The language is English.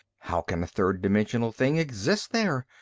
how can a third-dimensional thing exist there?